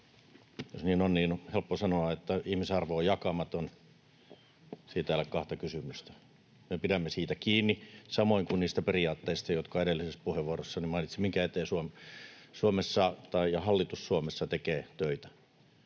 Jos niin on, niin on helppo sanoa, että ihmisarvo on jakamaton. Siitä ei ole kahta kysymystä. Me pidämme siitä kiinni, samoin kuin niistä periaatteista, jotka edellisessä puheenvuorossani mainitsin ja joiden eteen hallitus Suomessa tekee töitä.